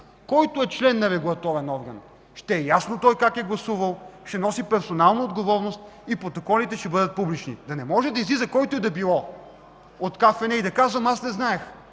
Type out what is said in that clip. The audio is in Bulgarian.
който е член на регулаторен орган, да е ясно как е гласувал, да носи персонална отговорност и протоколите да бъдат публични. Да не може да излиза който и да било от КФН и да казва: „Ама аз не знаех.